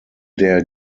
der